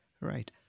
Right